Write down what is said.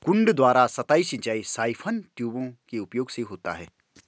कुंड द्वारा सतही सिंचाई साइफन ट्यूबों के उपयोग से होता है